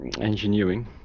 engineering